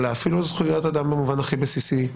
אלא אפילו זכויות אדם במובן הכי בסיסי.